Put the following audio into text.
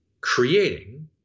creating